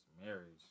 marriage